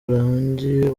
burambye